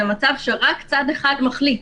זה מצב שרק צד אחד מחליט.